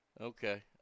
Okay